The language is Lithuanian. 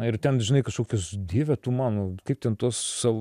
ir ten žinai kažkokius dieve tu mano kaip ten tuos savo